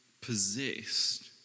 possessed